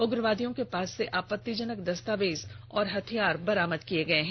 उग्रवादियों के पास से आपत्तिजनक दस्तावेज और हथियार भी बरामद किए गए हैं